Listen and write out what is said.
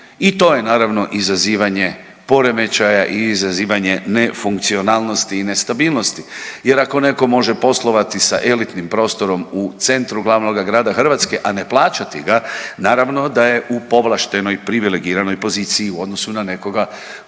I to je naravno izazivanje poremećaja i izazivanje nefunkcionalnosti i nestabilnosti. Jer ako netko može poslovati sa elitnim prostorom u centru glavnoga grada Hrvatske, a ne plaćati ga naravno da je u povlaštenoj privilegiranoj poziciji u odnosu na nekoga ko